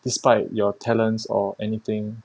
despite your talents or anything